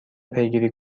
پیگیری